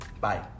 Bye